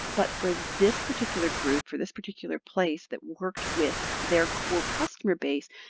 but for this particular group, for this particular place that worked with their core customer base,